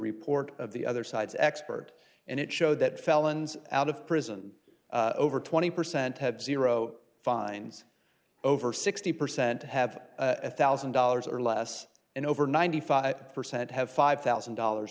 report of the other side's expert and it showed that felons out of prison over twenty percent have zero fines over sixty percent have a one thousand dollars or less and over ninety five percent have five thousand dollars